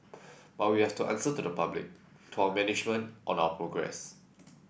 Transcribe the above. but we have to answer to the public to our management on our progress